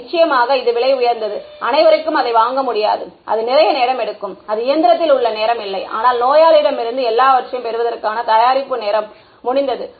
நிச்சயமாக இது விலை உயர்ந்தது அனைவருக்கும் அதை வாங்க முடியாது அது நிறைய நேரம் எடுக்கும் அது இயந்திரத்தில் உள்ள நேரம் இல்லை ஆனால் நோயாளியிடம் இருந்து எல்லாவற்றையும் பெறுவதற்கான தயாரிப்பு நேரம் முடிந்தது